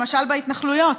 למשל בהתנחלויות: